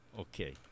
Okay